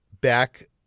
back